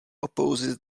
opposes